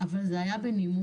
אבל זה היה בנימוס.